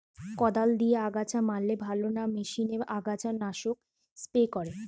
কদাল দিয়ে আগাছা মারলে ভালো না মেশিনে আগাছা নাশক স্প্রে করে?